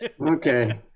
Okay